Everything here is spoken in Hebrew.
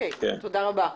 תודה רבה.